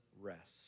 rest